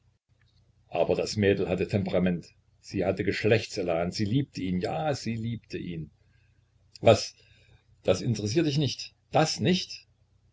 aber das mädel hatte temperament sie hatte geschlechtselan sie liebte ihn ja sie liebte ihn was das interessiert dich nicht das nicht